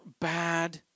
bad